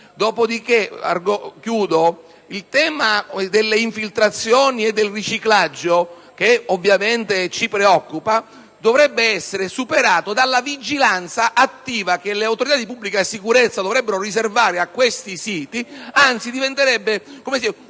dopodiché il tema delle infiltrazioni e del riciclaggio, che ovviamente ci preoccupa, dovrebbe essere superato dalla vigilanza attiva che le autorità di pubblica sicurezza dovrebbero riservare a tali siti, che anzi diventerebbero